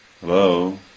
hello